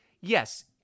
yes